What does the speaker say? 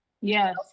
yes